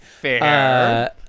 Fair